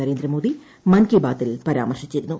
നരേന്ദ്ര മോദി മൻ കി ബാത്തിൽ പരാമർശിച്ചിരുന്നു